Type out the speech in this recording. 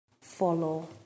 follow